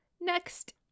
next